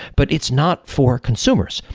but it's not for consumers.